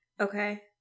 Okay